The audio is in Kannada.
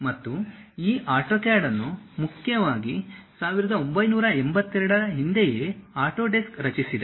ಮತ್ತು ಈ ಆಟೋಕ್ಯಾಡ್ ಅನ್ನು ಮುಖ್ಯವಾಗಿ 1982 ರ ಹಿಂದೆಯೇ ಆಟೊಡೆಸ್ಕ್ ರಚಿಸಿದೆ